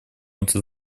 этот